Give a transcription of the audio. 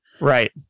Right